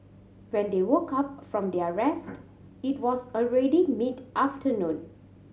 when they woke up from their rest it was already mid afternoon